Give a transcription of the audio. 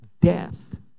death